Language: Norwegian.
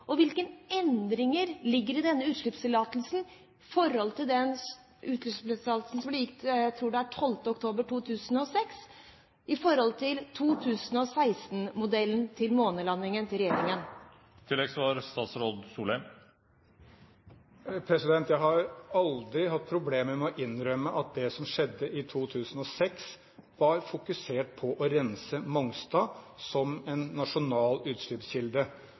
endringer ligger i denne utslippstillatelsen i forhold til den som ble gitt – jeg tror det var den 12. oktober 2006, i forhold til 2016-modellen og månelandingen til regjeringen? Jeg har aldri hatt problemer med å innrømme at det som skjedde i 2006, var fokusert på å rense Mongstad som en nasjonal utslippskilde.